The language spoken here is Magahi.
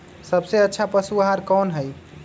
सबसे अच्छा पशु आहार कोन हई?